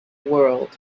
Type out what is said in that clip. world